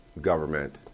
government